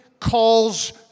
calls